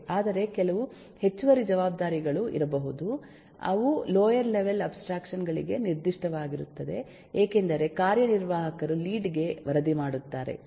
ಆದರೆ ಕೆಲವು ಹೆಚ್ಚುವರಿ ಜವಾಬ್ದಾರಿಗಳು ಇರಬಹುದು ಅವು ಲೋಯರ್ ಲೆವೆಲ್ ಅಬ್ಸ್ಟ್ರಾಕ್ಷನ್ ಗಳಿಗೆ ನಿರ್ದಿಷ್ಟವಾಗಿರುತ್ತದೆ ಏಕೆಂದರೆ ಕಾರ್ಯನಿರ್ವಾಹಕರು ಲೀಡ್ ಗೆ ವರದಿ ಮಾಡುತ್ತಾರೆ